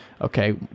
okay